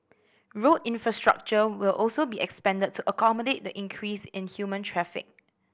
road infrastructure will also be expanded to accommodate the increase in human traffic